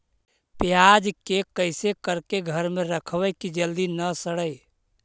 प्याज के कैसे करके घर में रखबै कि जल्दी न सड़ै?